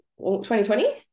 2020